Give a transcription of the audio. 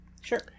Sure